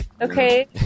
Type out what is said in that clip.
Okay